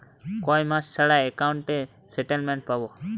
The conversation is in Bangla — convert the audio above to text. কয় মাস ছাড়া একাউন্টে স্টেটমেন্ট পাব?